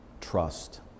Trust